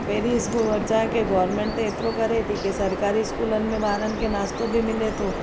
पहिरीं स्कू वरचा कि गवर्मेंट त एतरो करे थी की सरकारी स्कूलनि में ॿारनि खे नाश्तो बि मिले थो